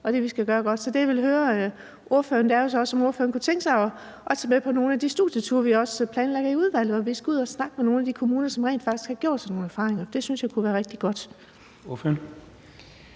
ting, vi skal gøre godt. Så det, jeg vil høre ordføreren om, er, om ordføreren kunne tænke sig at tage med på nogle af de studieture, vi planlægger i udvalget, hvor vi skal ud at snakke med nogle af de kommuner, som rent faktisk har gjort sig nogle erfaringer. Det synes jeg kunne være rigtig godt.